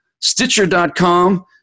Stitcher.com